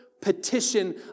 petition